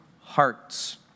hearts